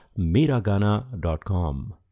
MiraGana.com